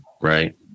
right